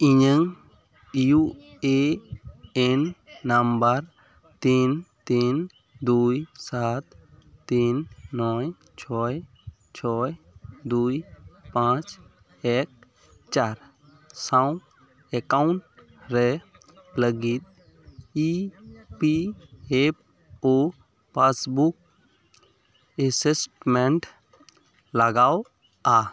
ᱤᱧᱟᱹᱜ U A N number ᱛᱤᱱ ᱛᱤᱱ ᱫᱩᱭ ᱥᱟᱛ ᱛᱤᱱ ᱱᱚᱭ ᱪᱷᱚᱭ ᱪᱷᱚᱭ ᱫᱩᱭ ᱯᱟᱸᱪ ᱮᱠ ᱪᱟᱨ ᱥᱟᱶ ᱮᱠᱟᱣᱩᱱᱴ ᱨᱮ ᱞᱟᱹᱜᱤᱫ E P F O passbook assessment ᱞᱟᱜᱟᱜᱼᱟ